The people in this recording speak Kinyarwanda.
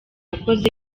yakoze